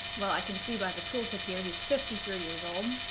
well i can see by the tooltip here, he's fifty three years old.